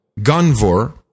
Gunvor